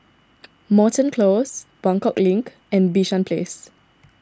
Moreton Close Buangkok Link and Bishan Place